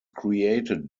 created